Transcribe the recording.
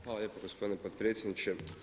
Hvala lijepo gospodine podpredsjedniče.